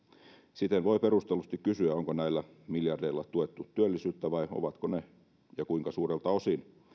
siten voi perustellusti kysyä onko näillä miljardeilla tuettu työllisyyttä vai ovatko ne ja kuinka suurelta osin